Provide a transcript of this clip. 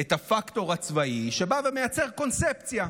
את הפקטור הצבאי, שבא ומייצר קונספציה,